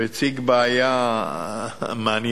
והציג בעיה מעניינת.